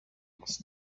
must